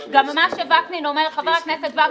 אמר את זה גם חבר הכנסת רועי